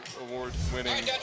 award-winning